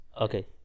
okay